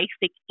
basic